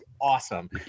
awesome